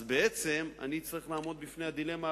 אז בעצם אני אצטרך לעמוד בפני הדילמה הבאה: